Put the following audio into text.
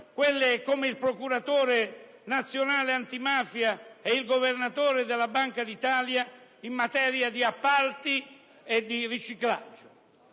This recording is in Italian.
come il Procuratore nazionale antimafia e il Governatore della Banca d'Italia, in materia di appalti e di riciclaggio.